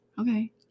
Okay